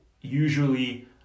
usually